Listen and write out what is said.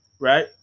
Right